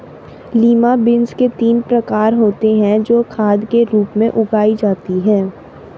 lima beans के तीन प्रकार होते हे जो खाद के रूप में उगाई जाती हें